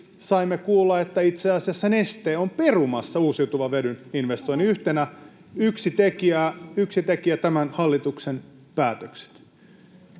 saimme kuulla, että itse asiassa Neste on perumassa uusiutuvan vedyn investoinnin, yhtenä tekijänä tämän hallituksen päätökset.